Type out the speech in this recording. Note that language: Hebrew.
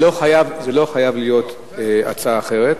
לא חייבת להיות הצעה אחרת,